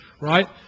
right